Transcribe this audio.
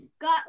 got